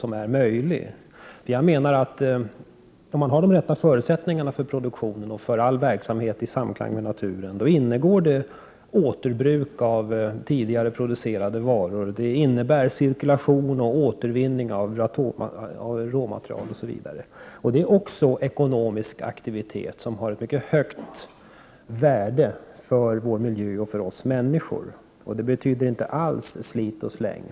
Om man har de rätta förutsättningarna för produktionen och för all verksamhet i samklang med naturen, ingår där återbruk av tidigare producerade varor. Då innebär det cirkulation och återvinning av råmaterial osv. Det är också ekonomiska aktiviteter, som har ett mycket högt värde för oss människor och för vår miljö. Det betyder inte alls slit-och-släng.